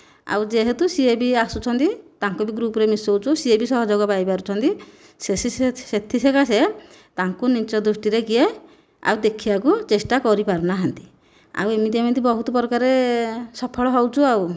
ଆଉ ଯେହେତୁ ସିଏ ବି ଆସୁଛନ୍ତି ତାଙ୍କୁ ବି ଗ୍ରୁପରେ ମିସଉଛୁ ସିଏ ବି ସହଯୋଗ ପାଇପାରୁଛନ୍ତି ସେ ସେଥି ସକାଶେ ତାଙ୍କୁ ନୀଚ୍ଚ ଦୃଷ୍ଟିରେ ଆଉ ଦେଖିବାକୁ ଚେଷ୍ଟା କରିପାରୁନାହାନ୍ତି ଆଉ ଏମିତି ଏମିତି ବହୁତ ପ୍ରକାର ସଫଳ ହେଉଛୁ ଆଉ